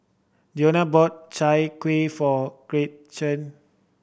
Dionne bought Chai Kueh for Gretchen